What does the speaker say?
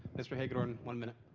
mr. hagedorn, one minute.